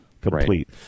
complete